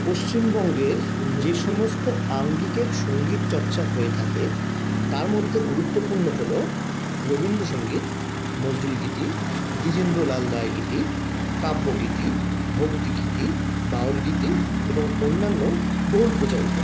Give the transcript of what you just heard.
পশ্চিমবঙ্গের যে সমস্ত আঙ্গিকের সঙ্গীতচর্চা হয়ে থাকে তার মধ্যে গুরুত্বপূর্ণ হল রবীন্দ্রসঙ্গীত নজরুলগীতি দ্বিজেন্দ্রলাল রায় গীতি কাব্যগীতি ভক্তিগীতি বাউলগীতি এবং অন্যান্য বহুল প্রচারিত